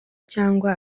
cyangwa